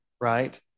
right